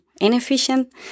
inefficient